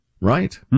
Right